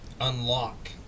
unlock